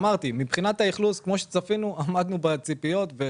מבחינת האכלוס עמדנו בציפיות.